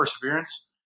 perseverance